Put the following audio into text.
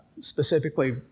specifically